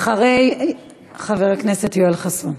אחרי חבר הכנסת יואל חסון.